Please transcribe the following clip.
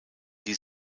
die